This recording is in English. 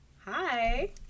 hi